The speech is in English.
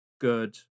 good